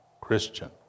christian